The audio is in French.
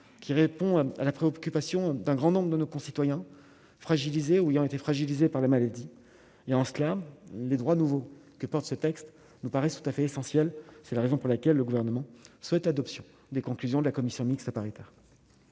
qui répond à la préoccupation d'un grand nombre de nos concitoyens fragilisés où il en était fragilisé par la maladie et en cela les droits nouveaux que porte ce texte nous paraissent tout à fait essentiel, c'est la raison pour laquelle le gouvernement souhaite l'adoption des conclusions de la commission mixte paritaire.